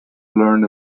learn